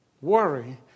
Worry